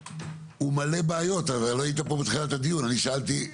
הוא מלא בעיות אבל לא היית פה בתחילת הדיון אני שאלתי,